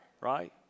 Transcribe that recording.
Right